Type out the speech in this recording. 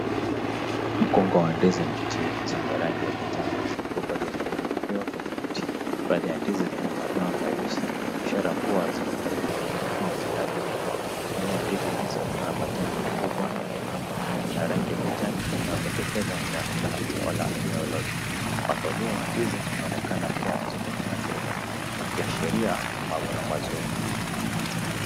Mkunga wa ndizi mbichi zenye rangi ya kijani zikiwa bado zimetundikiwa kwenye mti. Baadhi ya ndizi zina madoa meusi ishara kuwa ziko karibu kuiva au zimeathirika. Juu ya ndizi hizo kuna majani makubwa ya migomba ya rangi ya kijani inayopendekeza inaonekana kutawala eneo lote. Mwangalio wa ndizi unaonekana kuwa mzito na ndefu ukiashiria mavuno mazuri.